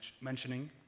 mentioning